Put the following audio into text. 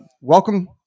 welcome